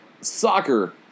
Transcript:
Soccer